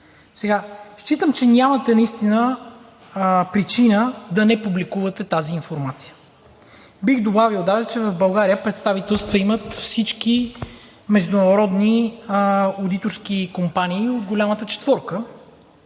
Считам, че нямате причина да не публикувате тази информация. Бих добавил даже, че в България представителства имат всички международни одиторски компании от Голямата четворка,